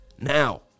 now